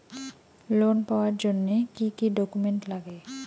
Loan পাওয়ার জন্যে কি কি ডকুমেন্ট লাগবে?